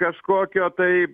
kažkokio tai